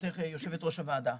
ברשותך יושבת ראש הוועדה.